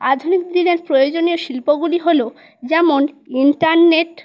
আধুনিক দিনের প্রয়োজনীয় শিল্পগুলি হলো যেমন ইন্টারনেট